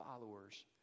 followers